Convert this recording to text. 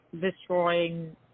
destroying